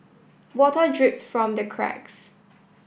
water drips from the cracks